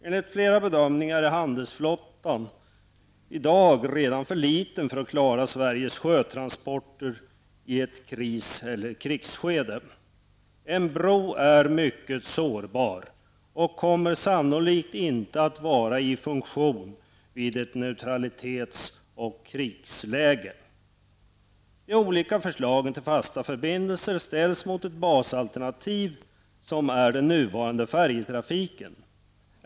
Enligt flera bedömningar är handelsflottan redan i dag för liten för att klara Sveriges sjötransporter i ett kris eller krigsskede. En bro är mycket sårbar och kommer sannolikt inte att vara i funktion vid ett neutralitetseller krigsläge. De olika förslagen till fasta förbindelser ställs mot ett basalternativ som är den nuvarande färjetrafiken.